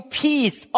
peace